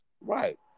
Right